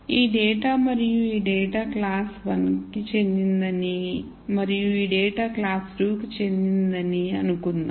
ఈ డేటా మరియు ఈ డేటా క్లాస్ 1 కి చెందినదని మరియు ఈ డేటా క్లాస్ 2 కి చెందినదని అనుకుందాం